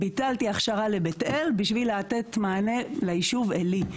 ביטלתי הכשרה לבית אל בשביל לתת מענה ליישוב עלי.